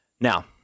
Now